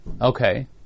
Okay